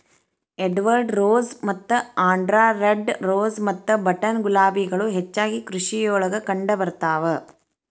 Edward rose ಮತ್ತ ಆಂಡ್ರಾ red rose ಮತ್ತ ಬಟನ್ ಗುಲಾಬಿಗಳು ಹೆಚ್ಚಾಗಿ ಕೃಷಿಯೊಳಗ ಕಂಡಬರ್ತಾವ